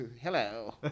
Hello